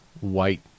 white